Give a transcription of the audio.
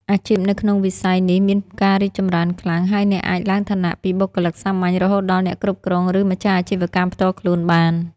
អាជីពនៅក្នុងវិស័យនេះមានការរីកចម្រើនខ្លាំង ហើយអ្នកអាចឡើងឋានៈពីបុគ្គលិកសាមញ្ញរហូតដល់អ្នកគ្រប់គ្រងឬម្ចាស់អាជីវកម្មផ្ទាល់ខ្លួនបាន។